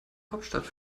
hauptstadt